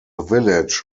village